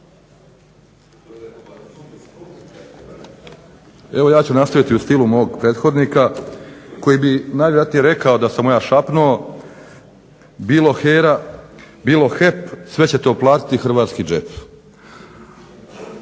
Evo ja ću nastaviti u stilu mog prethodnika koji bi najvjerojatnije rekao da sam mu ja šapnuo, bilo HERA bilo HEP sve će to platiti hrvatski džep.